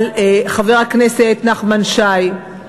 על חבר הכנסת נחמן שי,